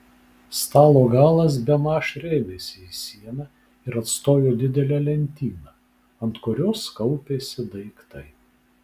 stalo galas bemaž rėmėsi į sieną ir atstojo didelę lentyną ant kurios kaupėsi daiktai